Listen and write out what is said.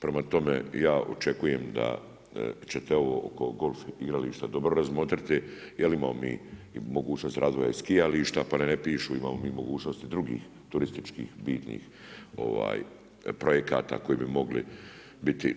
Prema tome ja očekujem da ćete ovo oko golf igrališta dobro razmotriti jer imamo mi i mogućnost razvoja skijališta pa da ne pišu, imamo mi mogućnosti drugih turističkih bitnih projekata koji bi mogli biti